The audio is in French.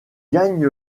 gagne